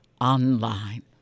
online